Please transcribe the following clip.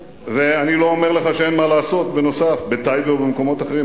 ואני לא אומר לך שאין מה לעשות בנוסף בטייבה ובמקומות אחרים.